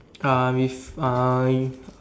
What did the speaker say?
uh with uh